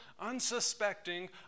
unsuspecting